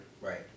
Right